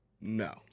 No